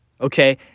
Okay